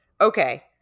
okay